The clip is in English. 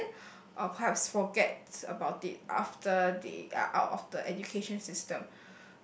it uh perhaps forgets about it after they are out of the education system